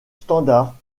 standard